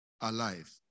alive